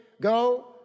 go